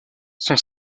son